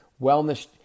wellness